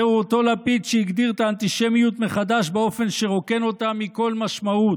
זהו אותו לפיד שהגדיר את האנטישמיות מחדש באופן שרוקן אותה מכל משמעות,